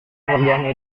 pekerjaan